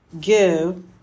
give